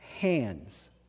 hands